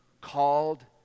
called